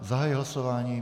Zahajuji hlasování.